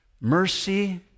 Mercy